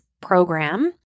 program